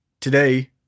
Today